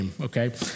Okay